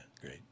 great